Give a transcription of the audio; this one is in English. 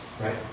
Right